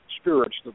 spirits